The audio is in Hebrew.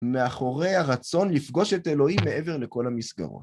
מאחורי הרצון לפגוש את אלוהים מעבר לכל המסגרות.